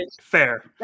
Fair